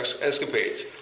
escapades